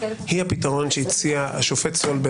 היא הפתרון שהציע השופט סולברג.